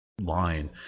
line